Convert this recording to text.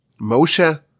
Moshe